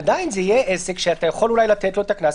עדיין זה יהיה עסק שאתה יכול אולי לתת לו את הקנס,